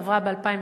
היא עברה ב-2008,